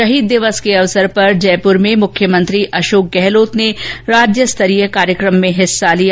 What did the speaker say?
शहीद दिवस के अवसर पर आज जयपुर में मुख्यमंत्री अशोक गहलोत ने राज्य स्तरीय कार्यक्रम में हिस्सा लिया